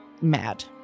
mad